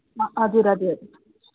हजुर हजुर